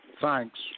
Thanks